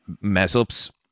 mess-ups